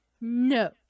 No